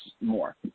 more